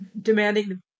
demanding